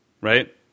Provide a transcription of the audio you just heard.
right